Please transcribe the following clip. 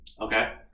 Okay